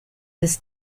this